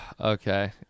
Okay